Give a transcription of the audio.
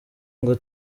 ngo